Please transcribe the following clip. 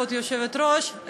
כבוד היושבת-ראש,